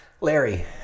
Larry